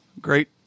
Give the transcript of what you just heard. Great